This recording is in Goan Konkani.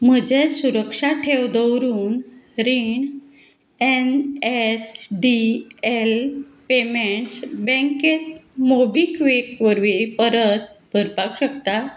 म्हजें सुरक्षा ठेव दवरून रीण N S D L payments बँकेत मोबीक्वीक वरवीं परत भरपाक शकता